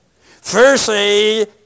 Firstly